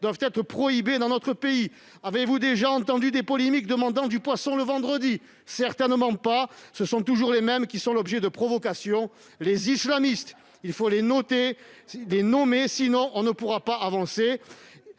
doivent être prohibés dans notre pays. Avez-vous déjà entendu des polémiques demandant du poisson le vendredi ? Certainement pas ! Ce sont toujours les mêmes qui sont derrière les provocations : les islamistes ! Il faut les nommer, faute de quoi on ne pourra pas avancer.